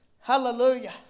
hallelujah